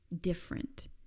different